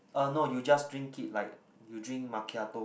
uh no you just drink it like you drink macchiato